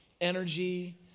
energy